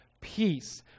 peace